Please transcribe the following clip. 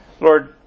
Lord